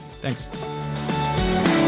thanks